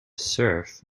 surf